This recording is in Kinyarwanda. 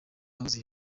houston